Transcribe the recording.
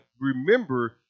remember